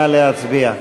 נא להצביע.